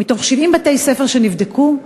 מ-70 בתי-ספר שנבדקו,